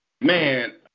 Man